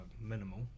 minimal